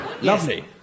Lovely